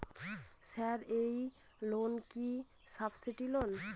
Sir এই loan কি subsidy loan?